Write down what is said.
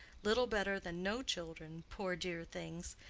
little better than no children, poor dear things,